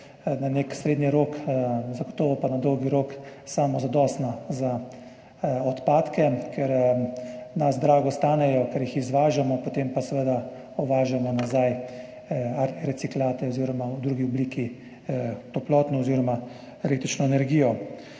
na nek srednji rok, zagotovo pa na dolgi rok, samozadostna za odpadke, ker nas drago stanejo, ker jih izvažamo, potem pa seveda uvažamo nazaj reciklate oziroma v drugi obliki toplotno oziroma električno energijo.